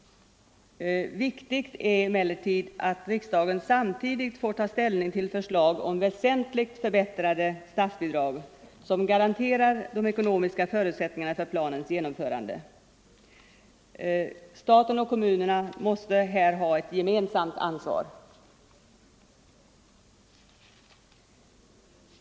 Viktigt är emellertid att riksdagen samtidigt får ta ställning till förslag om väsentligt förbättrade statsbidrag som garanterar de ekonomiska förutsättningarna för planens genomförande. Staten och kommunerna måste här ha ett gemensamt ansvar.